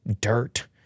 dirt